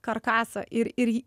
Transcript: karkasą ir ir